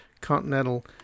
Continental